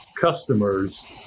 customers